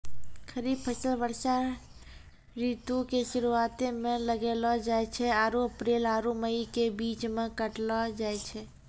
खरीफ फसल वर्षा ऋतु के शुरुआते मे लगैलो जाय छै आरु अप्रैल आरु मई के बीच मे काटलो जाय छै